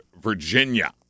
Virginia